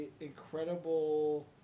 incredible